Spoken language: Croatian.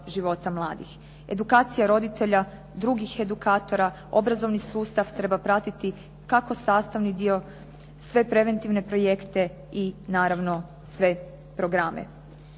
života mladih. Edukacija roditelja, drugih edukatora obrazovni sustav treba pratiti kako sastavni dio sve preventivne projekte i naravno sve programe.